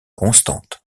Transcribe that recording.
constantes